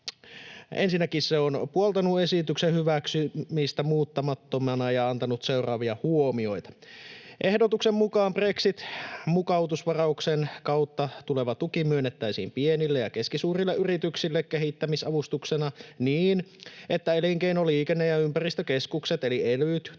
Ensinnäkin se on puoltanut esityksen hyväksymistä muuttamattomana ja antanut seuraavia huomioita: Ehdotuksen mukaan brexit-mukautusvarauksen kautta tuleva tuki myönnettäisiin pienille ja keskisuurille yrityksille kehittämisavustuksena niin, että elinkeino-, liikenne- ja ympäristökeskukset eli elyt